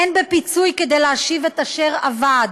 אין בפיצוי כדי להשיב את אשר אבד,